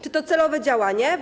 Czy to celowe działanie?